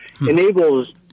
enables